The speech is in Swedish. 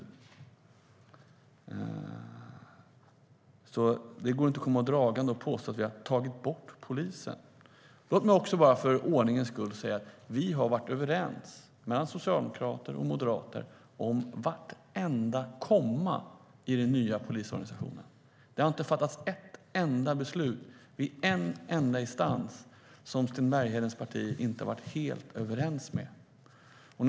Det går därför inte att komma dragandes med påståenden om att vi tagit bort poliser. Låt mig för ordningens skull också säga att Socialdemokraterna och Moderaterna varit överens om vartenda kommatecken som rör den nya polisorganisationen. Det har inte fattats ett enda beslut i en enda instans där Sten Berghedens parti inte har varit helt överens med oss.